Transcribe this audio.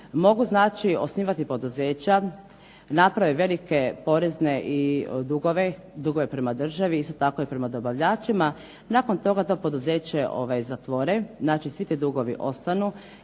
mogu znači osnivati poduzeća, napraviti velike porezne dugove, dugove prema državi isto tako i prema dobavljačima. Nakon toga to poduzeće zatvore. Znači svi ti dugovi ostanu